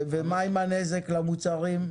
ומה עם הנזק למוצרים?